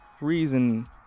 reason